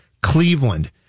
Cleveland